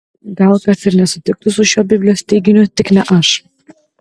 gal kas ir nesutiktų su šiuo biblijos teiginiu tik ne aš